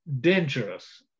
dangerous